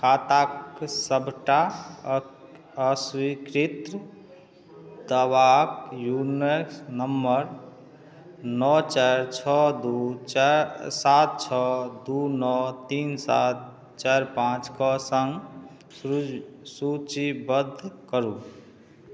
खाताक सबटा अ अस्वीकृत दावाक यू नंबर नओ चारि छओ दू चारि सात छओ दू नओ तीन सात चारि पाँच के सङ्ग सू सूचीबद्ध करू